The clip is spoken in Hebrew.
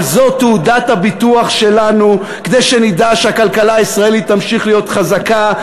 אבל זו תעודות הביטוח שלנו כדי שנדע שהכלכלה הישראלית תמשיך להיות חזקה,